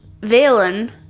Valen